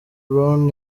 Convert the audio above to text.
brown